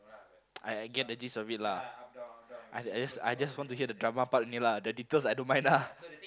I I get the gist of it lah I I just I just want to hear the drama part only lah the details I don't mind lah